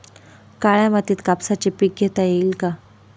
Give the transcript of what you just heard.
काळ्या मातीत कापसाचे पीक घेता येईल का?